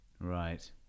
Right